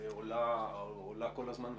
עלתה כל הזמן.